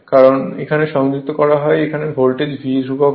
কারণ এখানে সংযুক্ত করা হয় এই ভোল্টেজ V ধ্রুবক হয়